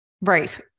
Right